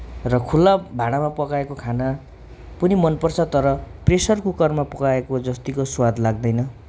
र खुल्ला भाँडामा पकाएको खाना पनि मनपर्छ तर प्रेसर कुकरमा पकाएको जत्तिको स्वाद लाग्दैन